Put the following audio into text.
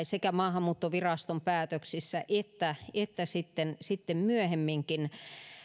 sekä maahanmuuttoviraston päätöksissä että että sitten sitten myöhemminkin